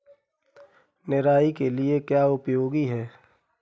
निराई के लिए क्या उपयोगी है?